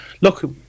Look